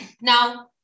now